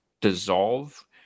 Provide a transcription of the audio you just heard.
dissolve